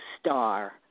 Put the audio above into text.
star